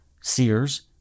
Sears